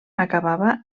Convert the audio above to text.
acabava